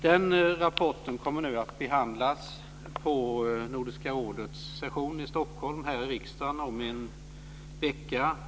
Den rapporten kommer nu att behandlas på Nordiska rådets session i Stockholm, här i riksdagen, om en vecka.